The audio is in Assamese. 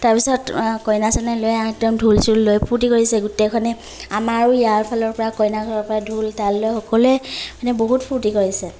তাৰ পিছত কইনা চইনা লৈ একদম ঢোল চোল লৈ ফূৰ্তি কৰিছে গোটেইখনে আমাৰো ইয়াৰ ফালৰপৰা কইনা ঘৰৰপৰা ঢোল তাল লৈ সকলোৱে মানে বহুত ফূৰ্তি কৰিছে